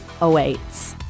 awaits